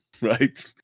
right